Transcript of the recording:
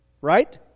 right